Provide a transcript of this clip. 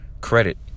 credit